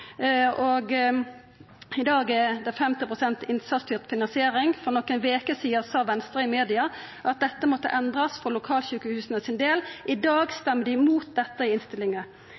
på. I dag er det 50 pst. innsatsstyrt finansiering. For nokre veker sidan sa Venstre i media at dette måtte endrast for lokalsjukehusas del, og i dag røystar dei imot dette.